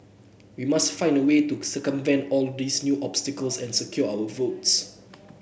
we must find a way to circumvent all these new obstacles and secure our votes